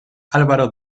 álvaro